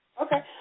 Okay